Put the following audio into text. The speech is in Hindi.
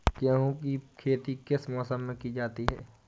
गेहूँ की खेती किस मौसम में की जाती है?